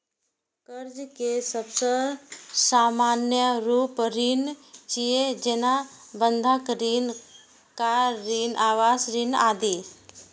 कर्ज के सबसं सामान्य रूप ऋण छियै, जेना बंधक ऋण, कार ऋण, आवास ऋण आदि